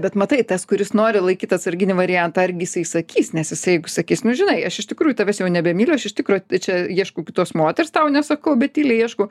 bet matai tas kuris nori laikyt atsarginį variantą argi jisai sakys nes jisai sakys nu žinai aš iš tikrųjų tavęs jau nebemyliu aš iš tikro čia ieškau kitos moters tau nesakau bet tyliai ieškau